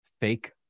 fake